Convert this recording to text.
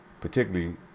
particularly